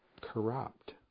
corrupt